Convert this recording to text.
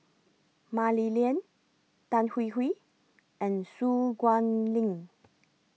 Mah Li Lian Tan Hwee Hwee and Su Guaning